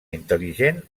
intel·ligent